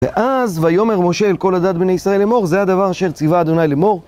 ואז ויאמר משה אל כל עדת בני ישראל לאמור, זה הדבר שציווה אדוניי לאמור.